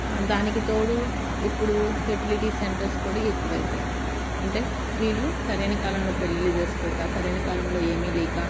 దానికి తోడు ఇప్పుడు ఫర్టిలిటీస్ సెంటర్స్ కూడా ఎక్కువ అయిపోయినాయి అంటే వీళ్ళు సరైన కాలంలో పెళ్లిళ్లు చేసుకోక సరైన కాలంలో ఏమీ లేక